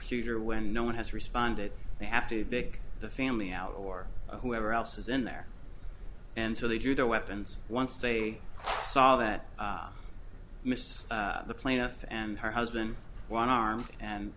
e when no one has responded they have to take the family out or whoever else is in there and so they do their weapons once they saw that miss the plaintiff and her husband one arm and